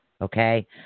okay